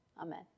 amen